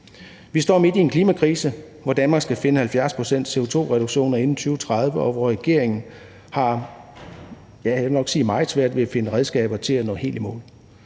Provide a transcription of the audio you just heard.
Vi står midt i en klimakrise, hvor Danmark skal finde 70 pct. CO2-reduktion inden 2030, og hvor regeringen har, ja, jeg vil nok sige meget svært ved at finde redskaber til at nå helt i mål.